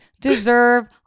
deserve